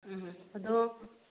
ꯎꯝ ꯑꯗꯣ